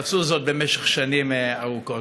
ועשו זאת במשך שנים ארוכות.